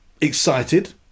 excited